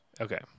Okay